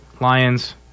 Lions